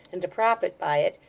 and to profit by it,